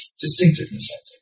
distinctiveness